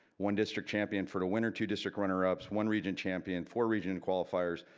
one district champion for the winter two district runner ups one region champion four region qualifiers,